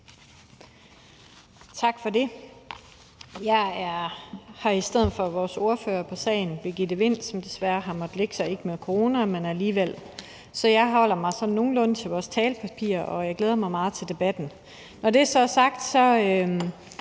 hr. formand. Jeg er her i stedet for vores ordfører på sagen, Birgitte Vind, som desværre har måttet lægge sig – ikke med corona, men alligevel. Så jeg holder mig nogenlunde til vores talepapir, og jeg glæder mig meget til debatten. Når det så er sagt, synes